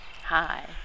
Hi